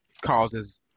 causes